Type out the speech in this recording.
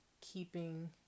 keeping